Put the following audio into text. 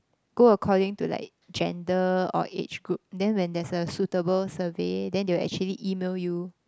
go according to like gender or age group then when there's a suitable survey then they will actually email you